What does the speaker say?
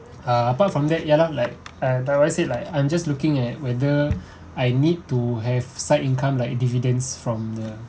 uh apart from that ya lah like but what you said like I'm just looking at whether I need to have side income like dividends from the